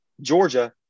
Georgia